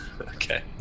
Okay